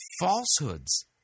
falsehoods